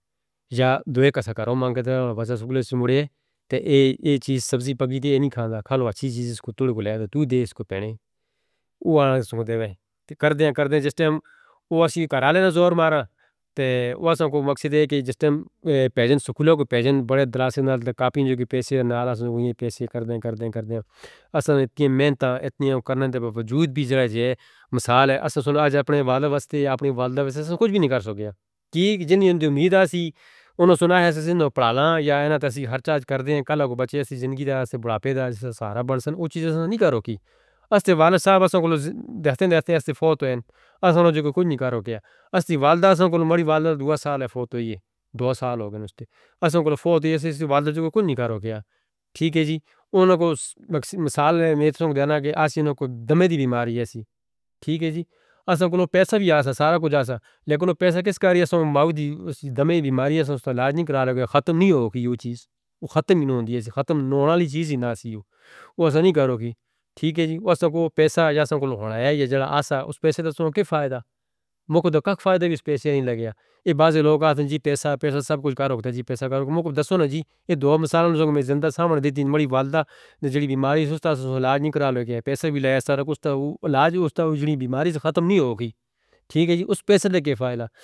یا دوے دا سکارو مانگدے نیں بچے سکولے توں مرید تے ای چیز سبزی پکی سی۔ اینی کھاندا خالو اچھی چیز اے، اس کو تول گولائے دو تے اس کو پینے اوہ آئین سنکھدے نیں تے کر دے نیں۔ کر دے نیں جس تے ام اوہی اسی وی کر گھدے ہووے، زور مارا تے اوہ اساں دا مقصد اے کہ جس تے پیجیں سکولے ہوئے پیجیں، بڑے دلاسے نارده کافی نیں جو کہ پیسے نارده، اساں کوں اینی پیسے کر دے نیں۔ کر دے نیں اساں اتنی محنت اتنیاں کرن دے باوجود وی جو مثال اے، اساں آج اپنے والد واسطے یا اپنے والد واسطے اساں کجھ وی نئیں کر سگے۔ جن جن دی امید سی، انہاں نے سنایا سی سنو پڑھالاں یا تسی ہر چیز کر گھدی، کالو کوں بچے اساں زندگی دے بڑھاپے دا سہارہ بنسن۔ اوہ چیز اساں نئیں کیتی، اس تے والد صاحب اساں کوں دستے دستے فوت تھی گئے۔ اساں کجھ نئیں کر سگے، اس تے والدہ اساں تے لوں پئی۔ والدہ دو سالے توں فوت اے، دو سال تھی گئے نیں۔ اس تے والدہ کجھ نئیں کر سگے۔ اس تے مثال اے میتھوں دی اے کہ اساں نوں دمے دی بیماری اے۔ اساں کول پیسہ وی اے، سارا کجھ اے پر پیسہ کس کم دا اے؟ اساں نوں دمے دی بیماری اے، اس دا علاج نئیں کروا سکدے، ختم نئیں تھیسی۔ ایہ چیز ختم ای نئیں تھیندی، ختم نوں نال چیز ای نئیں آندی۔ اوہ اساں نئیں کیتی، اس توں کوئی پیسہ جاں سانکوں لوں آئے اے۔ ایس پیسے دا سانکوں کیا فائدہ اے؟ موقع دسو نا، فائدہ وی ایس پیسے دا نئیں لگدا۔ ایہ بعض لوگ آندے نیں جی 'پیسہ سب کجھ کر ہو گئے' جی 'پیسہ کر ہو گئے'۔ موقع دسو نا جی، ایہ دوہ مسالے جیون دے وچ زندہ سامنے دے دیں۔ بڑی والدہ دی جڑی بیماری، سستا سستہ علاج نئیں کروا سکدے۔ پیسہ وی گھد سارا کجھ، تے علاج وی ہوندا ہووے پر جڑی بیماری توں ختم نئیں تھیسی۔ ایس پیسے دا کیا فائدہ؟